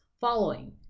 following